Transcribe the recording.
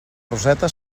roseta